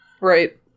Right